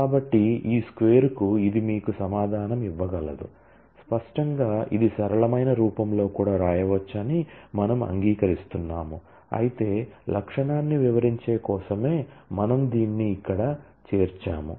కాబట్టి ఈ స్క్వేర్కు ఇది మీకు సమాధానం ఇవ్వగలదు స్పష్టంగా ఇది సరళమైన రూపంలో కూడా వ్రాయవచ్చని మనము అంగీకరిస్తున్నాము అయితే లక్షణాన్ని వివరించే కోసమే మనము దీన్ని ఇక్కడ చేర్చాము